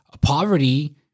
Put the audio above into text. poverty